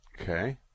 Okay